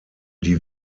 die